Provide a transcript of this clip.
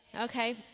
Okay